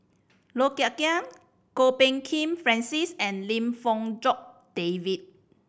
Low Thia Khiang Kwok Peng Kin Francis and Lim Fong Jock David